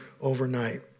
overnight